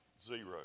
Zero